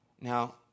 Now